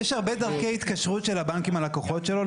יש הרבה דרכי התקשרות של הבנק עם הלקוחות שלו.